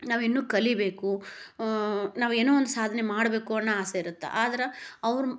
ನಾವಿನ್ನೂ ಕಲಿಬೇಕು ನಾವೇನೋ ಒಂದು ಸಾಧನೆ ಮಾಡಬೇಕು ಅನ್ನೋ ಆಸೆ ಇರುತ್ತೆ ಆದ್ರೆ ಅವ್ರು